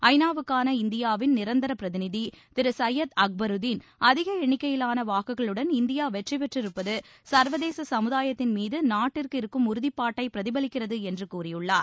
ஐ நா வுக்கான இந்தியாவின் நிரந்தர பிரதிநிதி திரு சையத் அக்பருதீன் அதிக எண்ணிக்கையிலான இந்தியா வெற்றிபெற்றிருப்பது சர்வதேச சமுதாயத்தின் மீது நாட்டிற்கு இருக்கும் வாக்குகளுடன் உறுதிப்பாட்டை பிரதிபலிக்கிறது என்று கூறியுள்ளார்